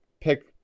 pick